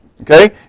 okay